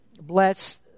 bless